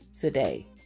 today